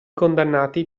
condannati